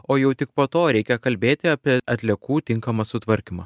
o jau tik po to reikia kalbėti apie atliekų tinkamą sutvarkymą